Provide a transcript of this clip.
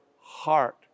heart